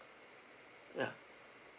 ya